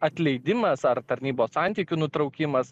atleidimas ar tarnybos santykių nutraukimas